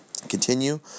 Continue